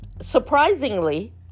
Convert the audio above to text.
surprisingly